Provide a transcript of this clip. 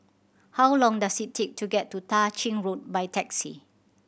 how long does it take to get to Tah Ching Road by taxi